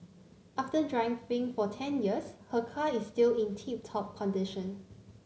after for ten years her car is still in tip top condition